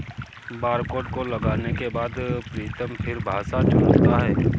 barcode को लगाने के बाद प्रीतम फिर भाषा चुनता है